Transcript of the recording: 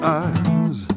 eyes